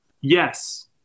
Yes